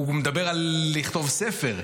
הוא מדבר על לכתוב ספר,